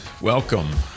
welcome